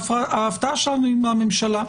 ההפתעה שלנו היא מהממשלה,